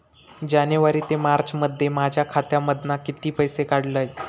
जानेवारी ते मार्चमध्ये माझ्या खात्यामधना किती पैसे काढलय?